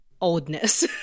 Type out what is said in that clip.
oldness